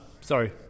sorry